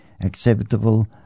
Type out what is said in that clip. acceptable